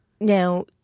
Now